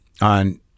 on